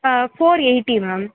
four eighty ma'am